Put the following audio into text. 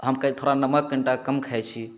हम थोड़ा नमक कनीटा कम खाइ छी